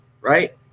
right